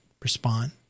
Respond